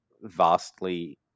vastly